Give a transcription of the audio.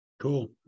Cool